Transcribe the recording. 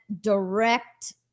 direct